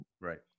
right